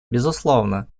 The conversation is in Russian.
безусловно